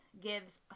gives